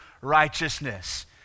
righteousness